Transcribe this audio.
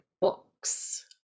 books